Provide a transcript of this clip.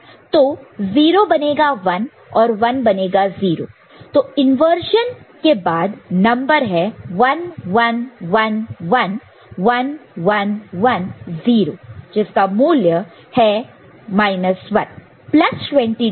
तो 0 बनेगा 1 और 1 बनेगा 0 तो इंवर्जन के बाद नंबर है 1 1 1 1 1 1 1 0 का मूल्य 1 है